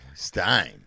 Stein